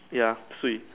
ya swee